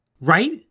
Right